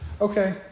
Okay